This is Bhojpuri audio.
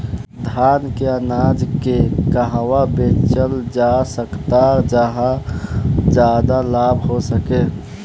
धान के अनाज के कहवा बेचल जा सकता जहाँ ज्यादा लाभ हो सके?